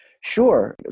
Sure